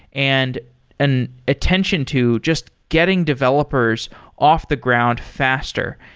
and an attention to just getting developers off the ground faster,